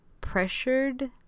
pressured